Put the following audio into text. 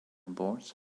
boards